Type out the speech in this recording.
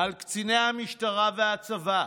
על קציני המשטרה והצבא.